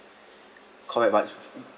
correct but